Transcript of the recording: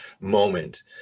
moment